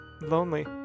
lonely